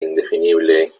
indefinible